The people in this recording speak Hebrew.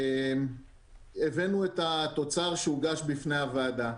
והבאנו את התוצר שהוגש בפני הוועדה.